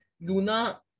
Luna